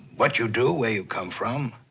what you do, where you come from.